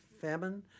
famine